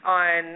on